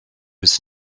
was